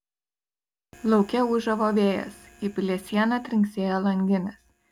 lauke ūžavo vėjas į pilies sieną trinksėjo langinės